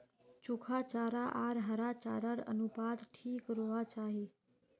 सुखा चारा आर हरा चारार अनुपात ठीक रोह्वा चाहि